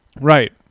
Right